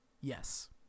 Yes